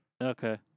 Okay